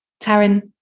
Taryn